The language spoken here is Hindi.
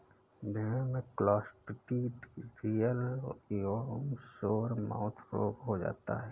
भेड़ में क्लॉस्ट्रिडियल एवं सोरमाउथ रोग हो जाता है